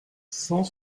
cent